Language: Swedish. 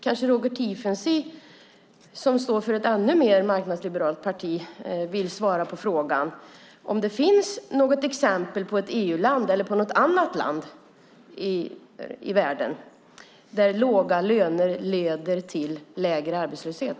Kanske Roger Tiefensee, som står för ett ännu mer marknadsliberalt parti, vill svara på frågan om det finns något exempel på ett EU-land eller ett annat land i världen där låga löner leder till lägre arbetslöshet.